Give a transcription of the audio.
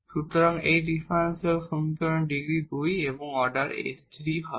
সুতরাং এই ডিফারেনশিয়াল সমীকরণের ডিগ্রী 2 এবং অর্ডার s 3 হবে